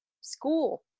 school